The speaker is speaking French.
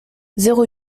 zéro